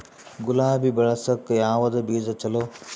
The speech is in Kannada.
ಗುಲಾಬಿ ಬೆಳಸಕ್ಕ ಯಾವದ ಬೀಜಾ ಚಲೋ?